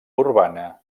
urbana